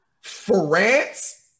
France